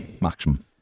maximum